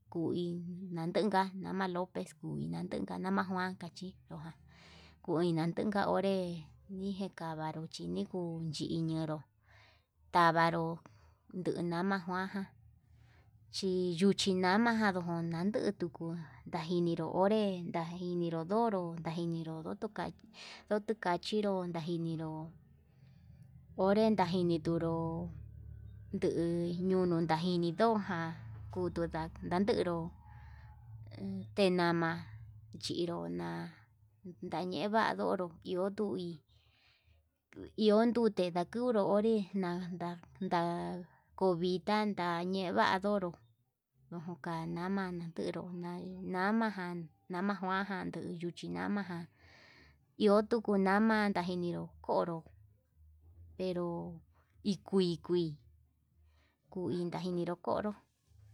Kuu in latenka nama lopez ninatunka nama kuan kachí, nina tunka onré ñikanru chí nikuu chi iñenru tavanro nde nama kuan ján chi yuchi nama ján chí nandutu ndajininro onré ndajininró ndonro ndajiniro ndukai ndokachinro ndajinniró, onre ndajini tunru ndo'o yuu najiniró oján kutuu ndanderó tema chinrona, ñayevadonró iho ndui iho dute ndanduró onré nanda ta'a kovita ña'a yeva'a ayonró ndojon kan nama ndanuru na'a, nama ján nama njuan ján yuchina'a iho tuku nama ndajinero konró pero hi kui kui kuu iin tajineró konró.